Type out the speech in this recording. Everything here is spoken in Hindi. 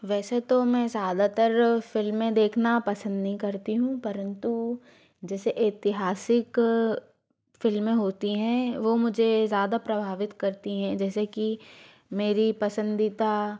वैसे तो मैं ज़्यादातर फ़िल्में देखना पसंद नहीं करती हूँ परंतु जैसे ऐतिहासिक फ़िल्में होती हैं वो मुझे ज़्यादा प्रभावित करती हैं जैसे कि मेरी पसंदीदा